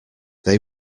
they